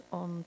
on